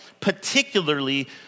particularly